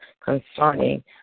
concerning